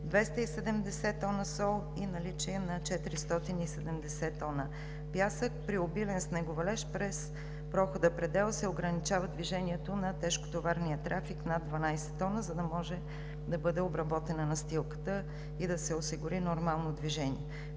270 тона сол и 470 тона пясък. При обилен снеговалеж през прохода „Предела“ се ограничава тежкотоварният трафик – над 12 тона, за да може да бъде обработена настилката и да се осигури нормално движение.